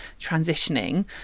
transitioning